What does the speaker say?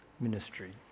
ministry